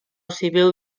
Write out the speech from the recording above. civil